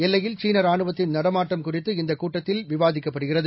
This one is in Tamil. எல்லையில் சீன ராணுவத்தின் நடமாட்டம் குறித்து இந்தக் கூட்டத்தில் விவாதிக்கப்படுகிறது